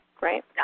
Right